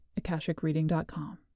akashicreading.com